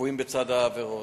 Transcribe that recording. הקבועים בצד העבירות.